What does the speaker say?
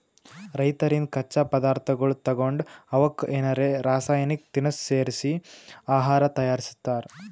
ರೈತರಿಂದ್ ಕಚ್ಚಾ ಪದಾರ್ಥಗೊಳ್ ತಗೊಂಡ್ ಅವಕ್ಕ್ ಏನರೆ ರಾಸಾಯನಿಕ್ ತಿನಸ್ ಸೇರಿಸಿ ಆಹಾರ್ ತಯಾರಿಸ್ತಾರ್